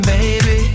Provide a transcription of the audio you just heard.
Baby